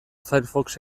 firefox